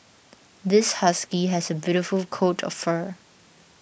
this husky has a beautiful coat of fur